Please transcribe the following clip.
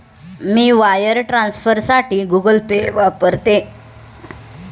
मी wire ट्रान्सफरसाठी Google Pay वापरते